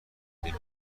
این